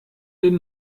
den